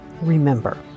remember